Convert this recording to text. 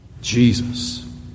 Jesus